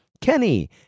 Kenny